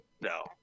no